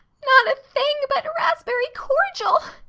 not a thing but raspberry cordial,